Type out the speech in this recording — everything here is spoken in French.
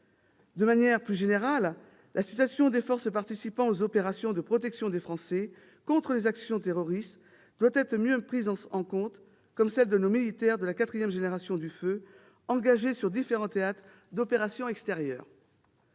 De manière plus générale, la situation des forces participant aux opérations de protection des Français contre les actions terroristes doit être mieux prise en compte, comme celle de nos militaires de la quatrième génération du feu engagés sur différents théâtres d'opérations extérieurs.